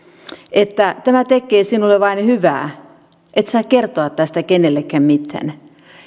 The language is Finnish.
että tämä tekee sinulle vain hyvää et saa kertoa tästä kenellekään mitään